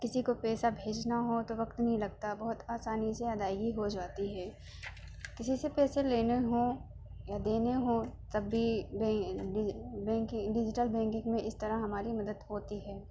کسی کو پیسہ بھیجنا ہو تو وقت نہیں لگتا ہے بہت آسانی سے ادائیگی ہو جاتی ہے کسی سے پیسے لینے ہوں یا دینے ہوں تب بھی ڈیجیٹل بینکنگ میں اس طرح ہماری مدد ہوتی ہے